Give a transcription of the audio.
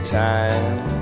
time